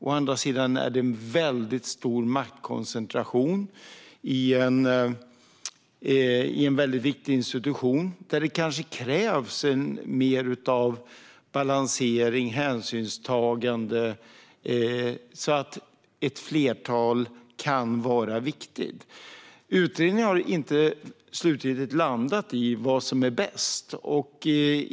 Å andra sidan blir det då en väldigt stor maktkoncentration i en viktig institution där det kanske krävs mer av balansering och hänsynstagande, och just därför kanske det kan vara viktigt med ett flertal riksrevisorer. Utredningen har inte slutgiltigt landat i vad som är bäst.